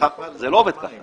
זה לא עובד כך.